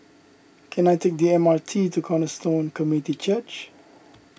can I take the M R T to Cornerstone Community Church